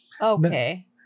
Okay